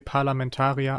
parlamentarier